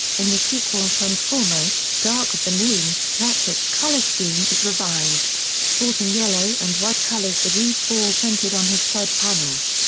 in the sequel transformers dark of the moon, ratchet's color scheme is revised, sporting yellow and white colors with e four printed on his side panels.